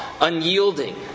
unyielding